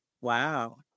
Wow